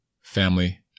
family